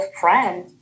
friend